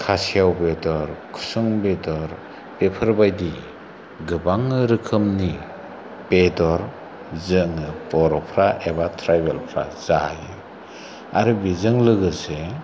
खासेव बेदर खुसुं बेदर बेफोरबायदि गोबां रोखोमनि बेदर जों बर'फ्रा एबा ट्राइबोलफ्रा जायो आरो बेजों लोगोसे